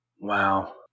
Wow